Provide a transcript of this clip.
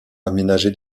aménagé